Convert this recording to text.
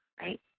Right